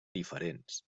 diferents